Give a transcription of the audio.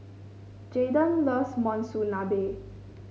Jaiden loves Monsunabe